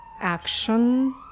action